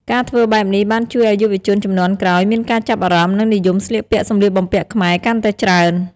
ការធ្វើបែបនេះបានជួយឱ្យយុវជនជំនាន់ក្រោយមានការចាប់អារម្មណ៍ និងនិយមស្លៀកពាក់សំលៀកបំពាក់ខ្មែរកាន់តែច្រើន។